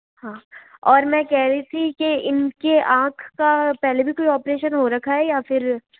हाँ और मैं कह रही थी के इनके आंख का पहले भी कोई ऑपरेशन हो रखा है या फिर